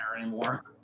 anymore